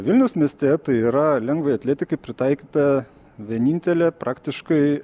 vilniaus mieste tai yra lengvajai atletikai pritaikyta vienintelė praktiškai